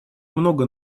много